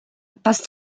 passe